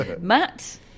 Matt